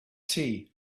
tea